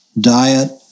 diet